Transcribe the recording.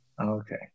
Okay